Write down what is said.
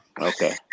Okay